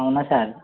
అవునా సార్